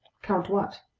count what?